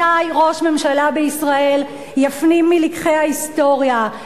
מתי ראש ממשלה בישראל יפנים מלקחי ההיסטוריה?